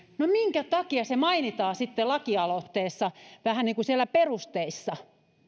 no minkä takia se mainitaan sitten lakialoitteessa vähän niin kuin siellä perusteissa